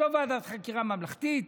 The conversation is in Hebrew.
לא ועדת חקירה ממלכתית,